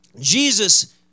Jesus